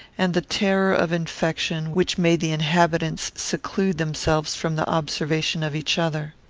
and the terror of infection, which made the inhabitants seclude themselves from the observation of each other.